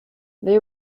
they